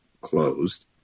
closed